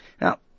Now